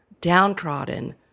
downtrodden